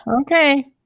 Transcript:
Okay